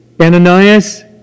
Ananias